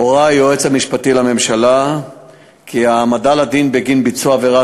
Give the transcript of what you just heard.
הורה היועץ המשפטי לממשלה כי העמדה לדין בגין ביצוע עבירת